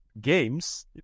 games